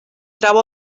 trau